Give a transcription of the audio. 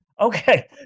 Okay